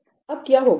अब क्या होगा